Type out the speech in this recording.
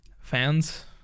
Fans